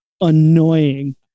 annoying